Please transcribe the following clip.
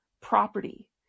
property